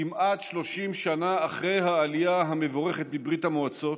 כמעט 30 שנה אחרי העלייה המבורכת מברית המועצות,